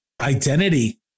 identity